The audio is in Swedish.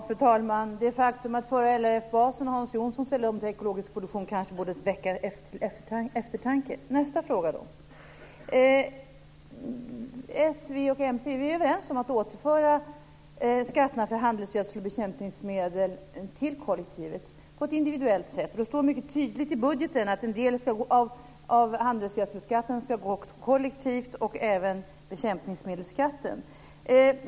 Fru talman! Det faktum att förre LRF-basen Hans Jonsson ställde om till ekologisk produktion borde kanske väcka till eftertanke. Vi i s, v och mp är överens om att återföra skatterna för handelsgödsel och bekämpningsmedel till kollektivet på ett individuellt sätt. Det står mycket tydligt i budgeten att en del av handselgödsel och bekämpningsmedelsskatten ska gå till kollektivet.